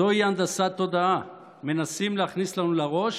זוהי הנדסת תודעה, מנסים להכניס לנו לראש